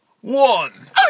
one